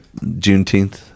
juneteenth